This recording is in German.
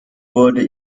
wurde